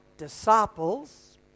disciples